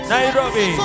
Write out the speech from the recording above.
Nairobi